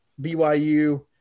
BYU